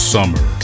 Summer